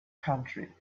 country